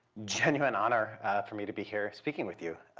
genuine honor for me to be here speaking with you.